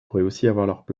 pourraient